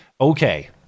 Okay